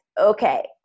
okay